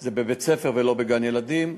זה בבית-ספר ולא בגן-ילדים.